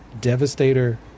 Devastator